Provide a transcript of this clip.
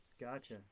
Gotcha